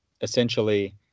essentially